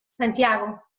santiago